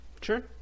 Sure